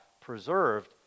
preserved